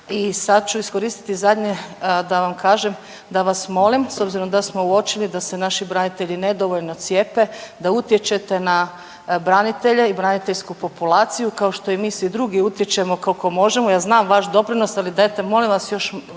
i sad ću iskoristiti zadnje da vam kažem da vas molim, s obzirom da smo uočili da se naši branitelji nedovoljno cijepe, da utječete na branitelje i braniteljsku populaciju kao što i mi svi drugi utječemo koliko možemo, ja znam vaš doprinos ali dajte molim vas još